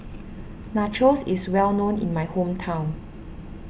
Nachos is well known in my hometown